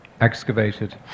excavated